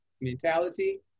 mentality